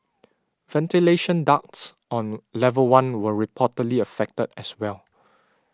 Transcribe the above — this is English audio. ventilation ducts on level one were reportedly affected as well